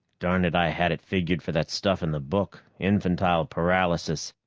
darn it, i had it figured for that stuff in the book. infantile paralysis.